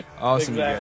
awesome